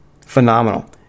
Phenomenal